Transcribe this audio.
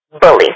bully